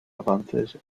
avances